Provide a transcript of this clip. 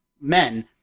men